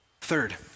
Third